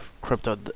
crypto